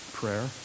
prayer